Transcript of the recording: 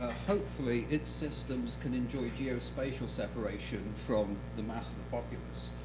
hopefully its systems can enjoy geospatial separation from the mass of the populace.